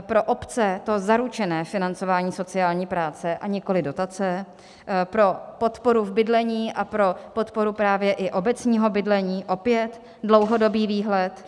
Pro obce to zaručené financování sociální práce, a nikoliv dotace, pro podporu v bydlení a pro podporu právě i obecního bydlení opět dlouhodobý výhled.